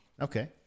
Okay